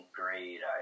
great